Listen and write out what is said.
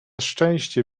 szczęście